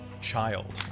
Child